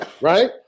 Right